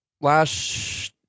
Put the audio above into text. last –